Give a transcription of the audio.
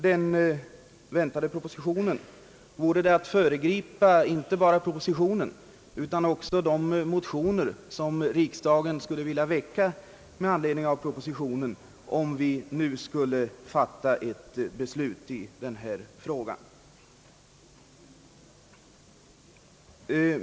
Det vore att föregripa inte bara den väntade propositionen utan också de motioner, som riksdagens ledamöter kan vilja väcka med anledning av propositionen, om vi nu skulle fatta ett beslut i denna fråga.